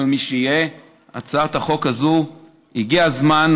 הגיע הזמן,